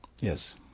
Yes